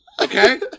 okay